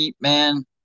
man